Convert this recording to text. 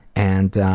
and